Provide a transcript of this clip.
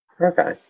Okay